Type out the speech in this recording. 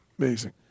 Amazing